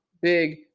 Big